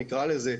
נקרא לזה,